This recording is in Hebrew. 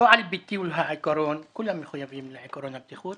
לא על ביטול העיקרון, כולם מחויבים לעקרון הבטיחות